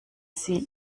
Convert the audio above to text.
sie